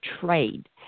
trade